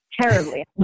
terribly